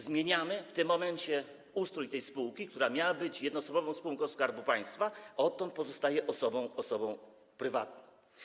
Zmieniamy w tym momencie ustrój tej spółki, która miała być jednoosobową spółką Skarbu Państwa, a odtąd pozostaje osobą prywatną.